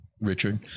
Richard